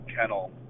kennel